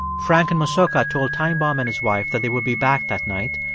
frank and mosoka told time bomb and his wife that they would be back that night.